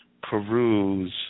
peruse